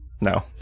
No